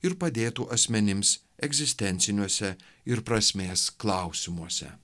ir padėtų asmenims egzistenciniuose ir prasmės klausimuose